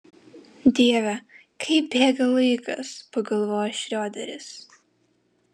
dieve kaip bėga laikas pagalvojo šrioderis